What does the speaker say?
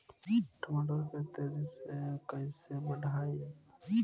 टमाटर के तेजी से कइसे बढ़ाई?